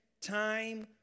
time